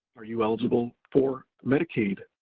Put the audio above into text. are you eligible for medicaid?